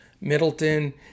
Middleton